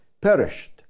perished